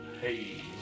Hey